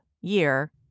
year